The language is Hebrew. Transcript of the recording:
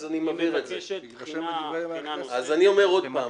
אז אני --- אני אומר עוד פעם.